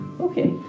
Okay